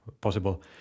possible